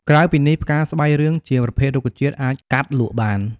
ក្រៅពីនេះ ផ្កាស្បៃរឿងជាប្រភេទរុក្ខជាតិអាចកាត់លក់បាន។